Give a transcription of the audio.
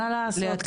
מה לעשות,